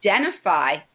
identify